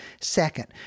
Second